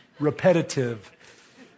repetitive